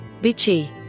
Bitchy